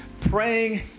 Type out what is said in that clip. praying